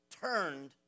turned